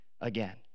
again